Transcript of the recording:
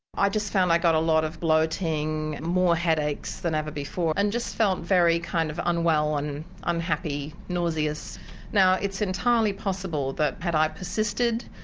i just found i got a lot of bloating, more headaches than ever before and just felt very kind of unwell and unhappy, nauseous. now it's entirely possible that had i persisted,